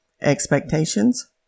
expectations